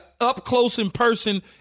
up-close-in-person